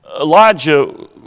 Elijah